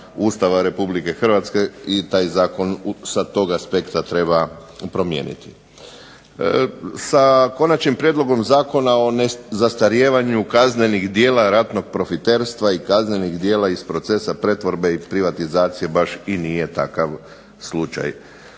Ustava RH i taj zakon sa tog aspekta treba promijeniti. Sa konačnim prijedlogom Zakona o nezastarijevanju kaznenih djela ratnog profiterstva i kaznenih djela iz procesa pretvorbe i privatizacije baš i nije takav slučaj.